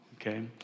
okay